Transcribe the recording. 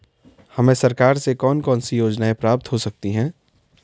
हमें सरकार से कौन कौनसी योजनाएँ प्राप्त हो सकती हैं?